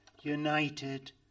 united